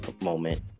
moment